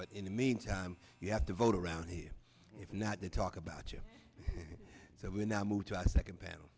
but in the meantime you have to vote around here if not to talk about you so we now move to our second panel